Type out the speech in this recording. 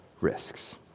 risks